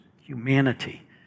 Humanity